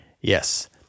yes